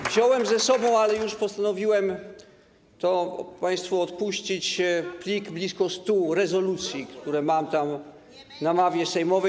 Wziąłem ze sobą, ale już postanowiłem to państwu odpuścić, plik blisko 100 rezolucji, które mam w ławie sejmowej.